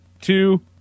two